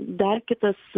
dar kitas